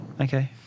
Okay